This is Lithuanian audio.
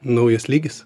naujas lygis